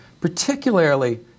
particularly